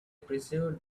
perceived